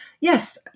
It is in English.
Yes